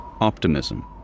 optimism